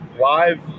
live